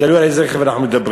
תלוי על איזה רכב אנחנו מדברים.